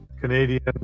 Canadian